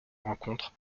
rencontre